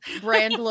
brand